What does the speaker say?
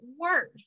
worse